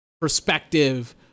perspective